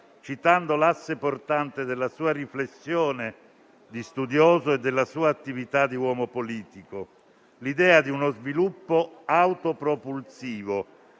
citando l'asse portante della sua riflessione di studioso e della sua attività di uomo politico: l'idea di uno sviluppo autopropulsivo